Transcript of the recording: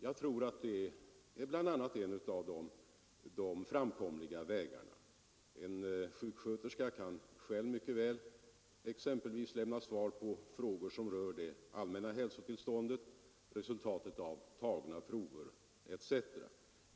Jag tror att detta kan vara en av de framkomliga vägarna. En sjuksköterska kan exempelvis mycket väl självständigt lämna svar på frågor som rör det allmänna hälsotillståndet, resultatet av tagna prover etc.